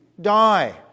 die